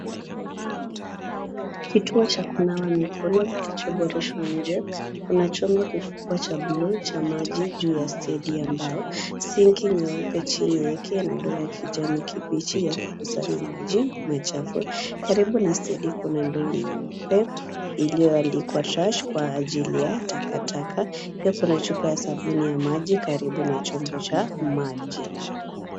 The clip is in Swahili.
Kituo cha kunawa mikono kilichoboreshwa nje, kuna chombo kikubwa cha bluu cha maji juu ya stendi ya mbao, sinki nyeupe chini yake na ndoo ya kijani kibichi ya kukusanya maji machafu. Karibu na stendi kuna ndoo nyeupe iliyoandikwa trash kwa ajili ya takataka. Pia kuna chupa ya sabuni ya maji karibu na chombo cha maji.